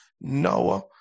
Noah